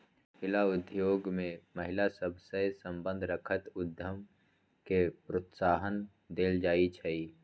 हिला उद्योग में महिला सभ सए संबंध रखैत उद्यम के प्रोत्साहन देल जाइ छइ